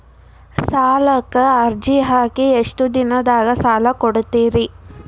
ಸಾಲಕ ಅರ್ಜಿ ಹಾಕಿ ಎಷ್ಟು ದಿನದಾಗ ಸಾಲ ಕೊಡ್ತೇರಿ?